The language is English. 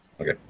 Okay